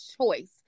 choice